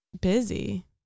busy